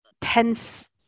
tense